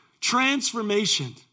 transformation